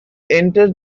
enter